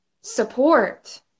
support